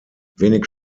wenig